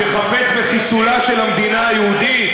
שחפץ בחיסולה של המדינה היהודית?